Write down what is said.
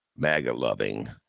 MAGA-loving